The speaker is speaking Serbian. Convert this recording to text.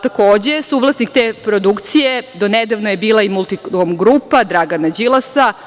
Takođe, suvlasnik te produkcije do nedavno je bila i „Multikom grupa“ Dragana Đilasa.